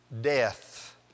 death